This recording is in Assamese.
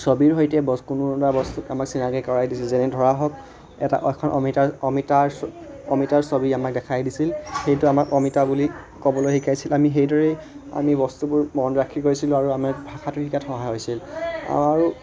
ছবিৰ সৈতে বস্তু কোনো এটা বস্তু আমাক চিনাকি কৰাই দিছিল যেনে ধৰা হওক এটা অমিতাৰ ছবি আমাক দেখাই দিছিল সেইটো আমাক অমিতা বুলি ক'বলৈ শিকাইছিল আমি সেইদৰেই আমি বস্তুবোৰ মনত ৰাখি গৈছিলোঁ আৰু আমাৰ ভাষাটো শিকাত সহায় হৈছিল আৰু